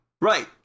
right